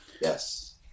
Yes